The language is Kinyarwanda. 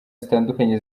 zitandukanye